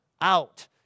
out